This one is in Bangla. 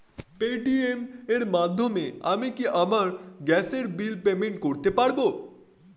পেটিএম এর মাধ্যমে আমি কি আমার গ্যাসের বিল পেমেন্ট করতে পারব?